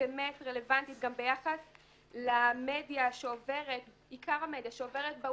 באמת רלוונטית גם ביחס לעיקר המדיה שעוברת בווטסאפ,